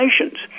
Nations